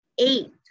eight